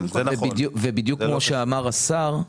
בדיוק כמו שאמר השר,